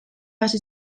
hasi